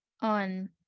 on